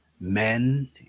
men